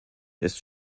ist